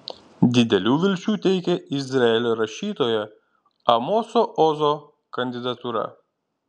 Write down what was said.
didelių vilčių teikia izraelio rašytojo amoso ozo kandidatūra